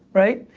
right?